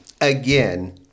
again